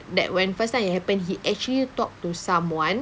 that when the first time it happened he actually talked to someone